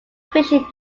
fishing